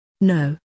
No